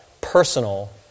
personal